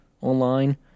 online